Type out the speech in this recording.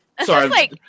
Sorry